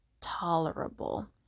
tolerable